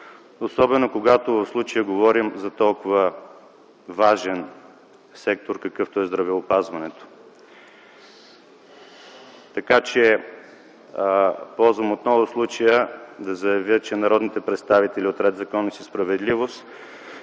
особено когато в случая говорим за толкова важен сектор, какъвто е здравеопазването. Ползвам отново случая да заявя, че народните представители от „Ред, законност и справедливост”